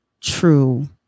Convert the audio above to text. true